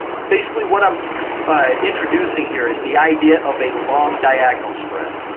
but basically, what i'm ah introducing here is the idea of a long diagonal spread.